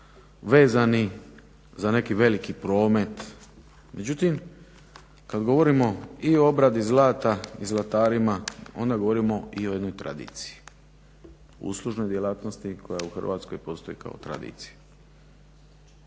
vezani za neki veliki promet, međutim kad govorimo i o obradi zlata, i zlatarima, onda govorimo i o jednoj tradiciji, uslužnoj djelatnosti koja u Hrvatskoj postoji kao tradicija.